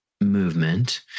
movement